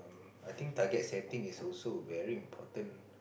I think target setting is also very important